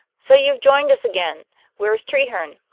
so you've joined us again where's treherne?